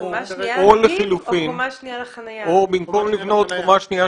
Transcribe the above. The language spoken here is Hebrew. או במקום לבנות קומה שנייה,